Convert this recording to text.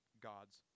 God's